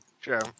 Sure